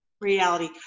reality